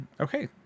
okay